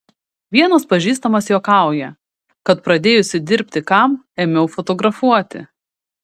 vienas pažįstamas juokauja kad pradėjusi dirbti kam ėmiau fotografuoti